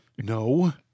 No